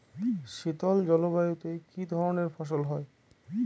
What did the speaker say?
শীতল জলবায়ুতে কি ধরনের ফসল হয়?